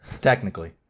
Technically